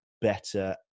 better